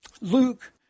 Luke